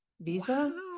visa